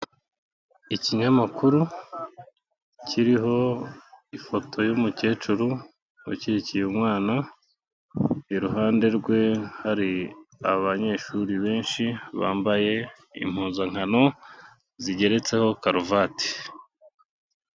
Ikinyamakuru kiriho ifoto y'umukecuru ukikiye umwana, iruhande rwe hari abanyeshuri benshi bambaye impuzankano zigeretseho karuvati.